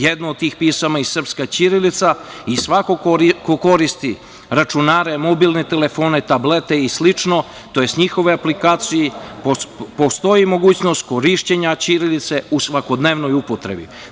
Jedno od tih pisama je i srpska ćirilica i svako ko koristi računare, mobilne telefone, tablete i slično, tj. njihove aplikacije, postoji mogućnost korišćenja ćirilice u svakodnevnoj upotrebi.